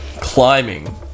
climbing